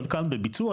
חלקן בביצוע.